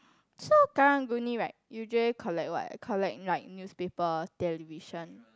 so karang-guni right usually collect what collect like newspaper television